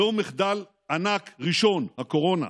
זהו מחדל ענק ראשון, הקורונה.